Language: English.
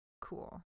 Cool